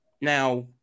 Now